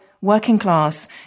working-class